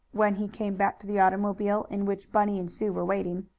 when he came back to the automobile, in which bunny and sue were waiting.